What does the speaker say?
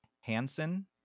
Hansen